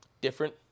different